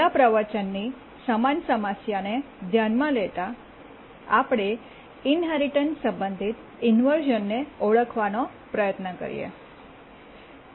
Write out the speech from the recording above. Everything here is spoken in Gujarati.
છેલ્લા પ્રવચનની સમાન સમસ્યાને ધ્યાનમાં લેતા આપણે ઇન્હેરિટન્સ સંબંધિત ઇન્વર્શ઼નને ઓળખવાનો પ્રયત્ન કરીએ છીએ